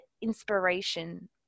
inspiration